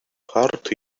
hurt